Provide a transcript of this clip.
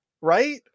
right